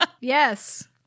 Yes